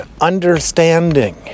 understanding